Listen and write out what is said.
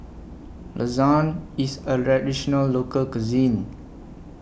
Lasagne IS A Local Cuisine